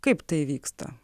kaip tai vyksta